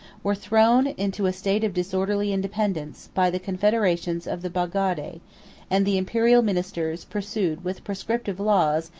were-thrown into a state of disorderly independence, by the confederations of the bagaudae and the imperial ministers pursued with proscriptive laws,